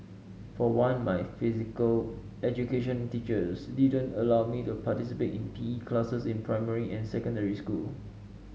for one my physical education teachers didn't allow me to participate in PE classes in primary and secondary school